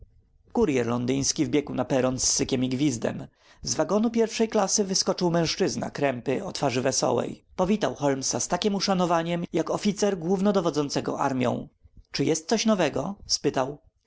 kuryer londyński wbiegł na peron z sykiem i gwizdem z wagonu pierwszej klasy wyskoczył mężczyzna krępy o twarzy wesołej powitał holmesa z takiem uszanowaniem jak oficer głównodowodzącego armią czy jest co nowego spytał